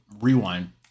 Rewind